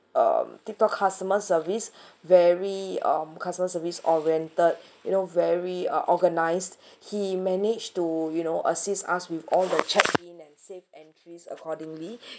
um tip top customer service very um customer service oriented you know very uh organised he managed to you know assist us with all the checks in and safe entries accordingly